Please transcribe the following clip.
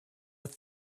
were